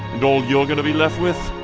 and all you're gonna be left with.